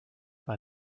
war